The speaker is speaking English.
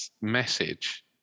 message